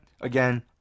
again